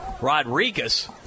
Rodriguez